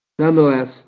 Nonetheless